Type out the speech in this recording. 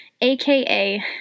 aka